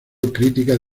críticas